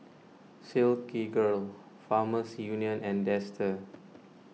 Silkygirl Farmers Union and Dester